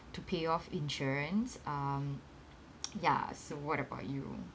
to pay off insurance um ya so what about you